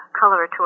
coloratura